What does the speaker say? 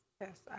yes